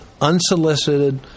unsolicited